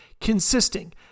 consisting